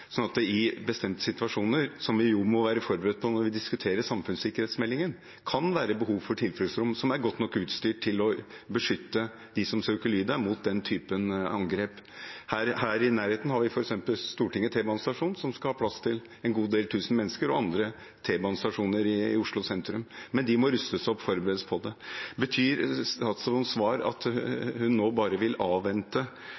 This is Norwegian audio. når vi diskuterer samfunnssikkerhetsmeldingen, kan det være behov for tilfluktsrom som er godt nok utstyrt til å beskytte dem som søker ly der, mot den typen angrep. Her i nærheten har vi f.eks. Stortinget T-banestasjon, som skal ha plass til en god del tusen mennesker, og andre T-banestasjoner i Oslo sentrum, men de må rustes opp og forberedes på det. Betyr statsrådens svar at